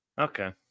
Okay